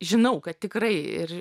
žinau kad tikrai ir